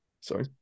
Sorry